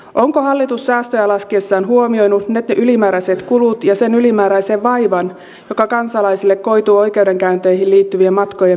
onko hallitus säästöjä laskiessaan huomioinut ne ylimääräiset kulut ja sen ylimääräisen vaivan jotka kansalaisille koituvat oikeudenkäynteihin liittyvien matkojen pidentymisestä